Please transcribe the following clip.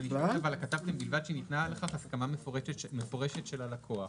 כתבתם: ובלבד שניתנה לכך הסכמה מפורשת של הלקוח.